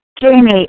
Jamie